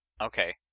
Okay